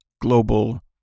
global